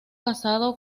casado